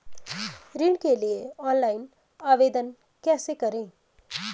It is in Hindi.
ऋण के लिए ऑनलाइन आवेदन कैसे करें?